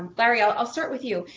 larry, i will start with you.